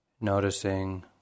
noticing